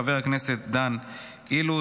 של חבר הכנסת דן אילוז,